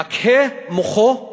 אכהה מוחו /